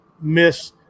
miss